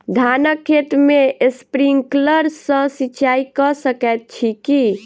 धानक खेत मे स्प्रिंकलर सँ सिंचाईं कऽ सकैत छी की?